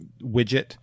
widget